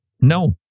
No